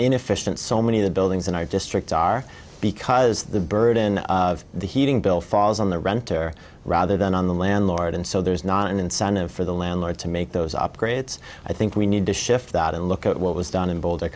inefficient so many of the buildings in our district are because the burden of the heating bill falls on the renter rather than on the landlord and so there's not an incentive for the landlord to make those upgrades i think we need to shift out and look at what was done in boulder